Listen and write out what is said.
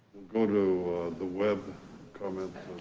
go to the web comment.